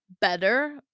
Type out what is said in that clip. better